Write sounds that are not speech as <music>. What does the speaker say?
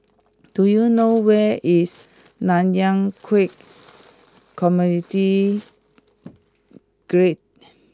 do you know <noise> where is Nanyang Khek Community Guild